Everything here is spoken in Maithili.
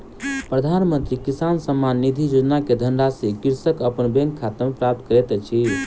प्रधानमंत्री किसान सम्मान निधि योजना के धनराशि कृषक अपन बैंक खाता में प्राप्त करैत अछि